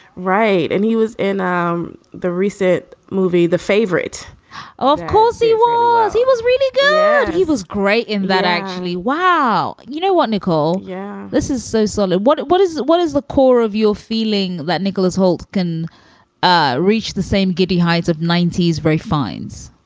right. and he was in um the recent movie the favorite of course he was. he was really good. he was great in that, actually. wow. you know what, nicole? yeah, this is so so like what what is what is the core of your feeling that nicholas hoult can ah reach the same giddy heights of ninety s very finds?